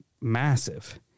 massive